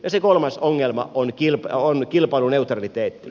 se kolmas ongelma on kilpailuneutraliteetti